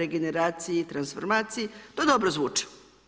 regeneraciji i transformaciji, to dobro zvuči.